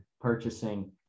purchasing